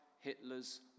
Hitler's